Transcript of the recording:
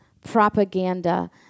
propaganda